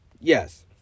Yes